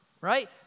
right